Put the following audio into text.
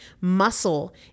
Muscle